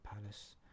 Palace